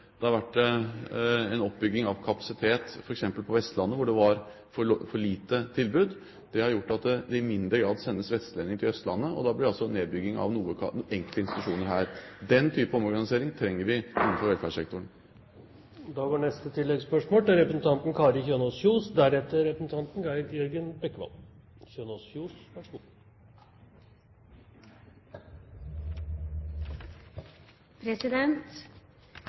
det har vært en oppbygging av kapasitet, f.eks. på Vestlandet, hvor det var for lite tilbud. Det har gjort at det i mindre grad sendes vestlendinger til Østlandet, og da blir det nedbygging av enkelte institusjoner her. Den type omorganisering trenger vi på velferdssektoren. Kari Kjønaas Kjos – til oppfølgingsspørsmål. Vi hadde ikke kommet i mål uten private, sier statsministeren om barnehagene. Men offentlige og private likestilles ikke innenfor eldreomsorgen, slik som de gjorde ved barnehageforliket. Så